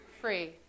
free